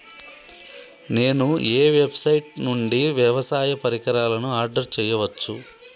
నేను ఏ వెబ్సైట్ నుండి వ్యవసాయ పరికరాలను ఆర్డర్ చేయవచ్చు?